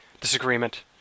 disagreement